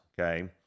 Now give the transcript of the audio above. Okay